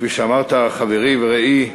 כפי שאמרת, חברי ורעי,